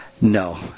No